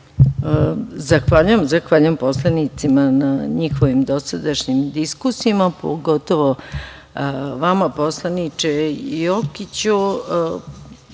poslanicima na njihovim dosadašnjim diskusijama, pogotovo vama poslaniče Jokiću.